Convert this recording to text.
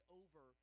over